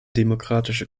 demokratische